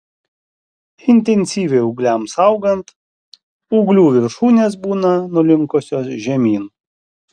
intensyviai ūgliams augant ūglių viršūnės būna nulinkusios žemyn